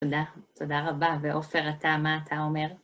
תודה. תודה רבה, ועופר, אתה, מה אתה אומר?